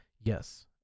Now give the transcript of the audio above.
yes